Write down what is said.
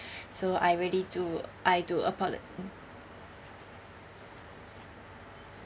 so I really do I do apolo~